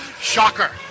Shocker